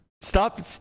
stop